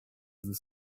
other